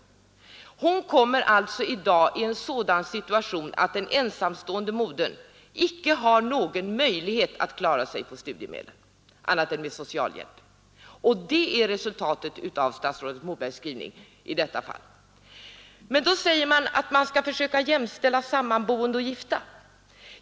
Denna ensamstående moder kommer alltså i dag i sådan situation att hon icke har någon möjlighet att klara sig på studiemedlen utan måste anlita socialhjälp. Det är resultatet av statsrådet Mobergs skrivning. Då säger man att man skall försöka jämställa sammanboende och gifta.